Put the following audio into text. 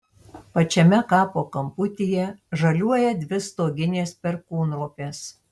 pačiame kapo kamputyje žaliuoja dvi stoginės perkūnropės